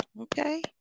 okay